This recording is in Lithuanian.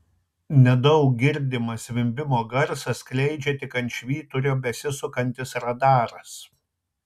nedaug girdimą zvimbimo garsą skleidžia tik ant švyturio besisukantis radaras